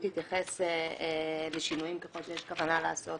יתייחס לשינויים ככל שיש כוונה לעשות